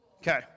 Okay